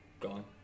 gone